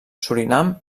surinam